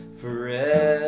forever